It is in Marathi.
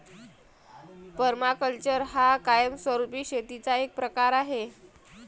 पर्माकल्चर हा कायमस्वरूपी शेतीचा एक प्रकार आहे